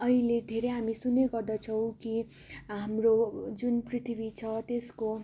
अहिले धेरै हामी सुन्ने गर्दछौँ कि हाम्रो जुन पृथ्वी छ त्यसको